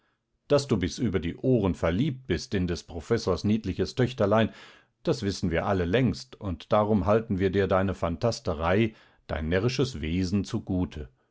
daß du bis über die ohren verliebt bist in des professors niedliches töchterlein das wissen wir alle längst und darum halten wir dir deine phantasterei dein närrisches wesen zugute